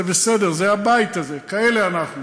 זה בסדר, זה הבית הזה, כאלה אנחנו.